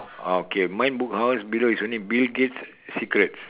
okay mine book house below is only bill gates secrets